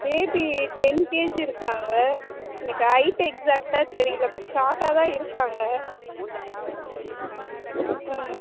baby ten KG இருக்காங்க எனக்கு height எக்ஸாக்ட்டாக தெரியலை பட் ஷாட்டாக தான் இருக்காங்க